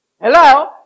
Hello